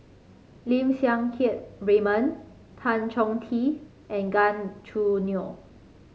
Lim Siang Keat Raymond Tan Chong Tee and Gan Choo Neo